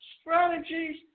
strategies